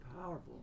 powerful